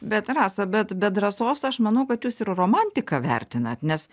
bet rasa bet be drąsos aš manau kad jūs ir romantiką vertinat nes